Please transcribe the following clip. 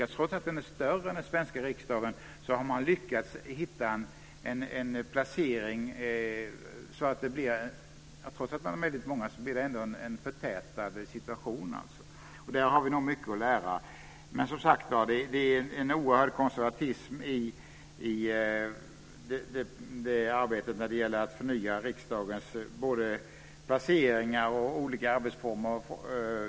Trots att den är större än den svenska riksdagen har man verkligen lyckats hitta en bra placering. Trots att det är väldigt många ledamöter blir det ändå en förtätad situation. Där har vi nog mycket att lära. Det är en oerhörd konservatism i arbetet att förnya riksdagens placeringar och olika arbetsformer.